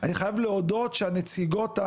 אני חייב להודות שהנציגות,